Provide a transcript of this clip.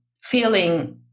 feeling